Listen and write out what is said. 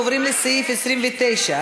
ועוברים לסעיף 29,